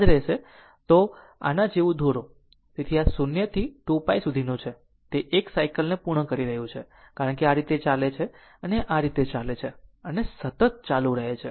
તેથી જો તેને આવું દોરો તો આ 0 થી 2 π સુધીનું છે તે 1 સાયકલ ને પૂર્ણ કરી રહ્યું છે કારણ કે આ આ રીતે ચાલે છે અને આ રીતે ચાલે છે અને સતત ચાલુ રહે છે અને θ t બરાબર છે